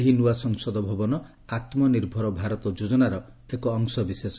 ଏହି ନୂଆ ସଂସଦ ଭବନ ଆତ୍ମନିର୍ଭର ଭାରତ ଯୋଜନାର ଅଂଶବିଶେଷ